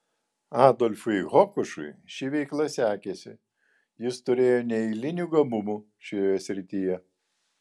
adolfui hokušui ši veikla sekėsi jis turėjo neeilinių gabumų šioje srityje